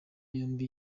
yombi